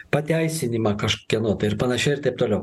pateisinimą kažkieno tai ir panašiai ir taip toliau